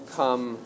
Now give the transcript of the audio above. come